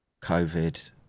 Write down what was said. COVID